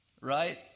right